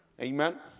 Amen